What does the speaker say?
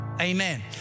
Amen